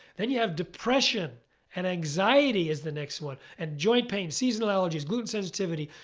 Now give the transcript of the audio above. then you have depression and anxiety as the next one and joint pain, seasonal allergies, gluten sensitivity,